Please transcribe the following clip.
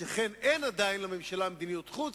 שכן עדיין אין לממשלה מדיניות חוץ,